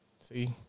See